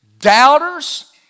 doubters